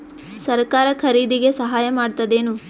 ಸರಕಾರ ಖರೀದಿಗೆ ಸಹಾಯ ಮಾಡ್ತದೇನು?